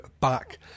back